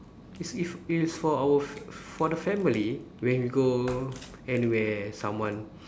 it's if it is for our f~ for the family when we go anywhere someone